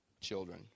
children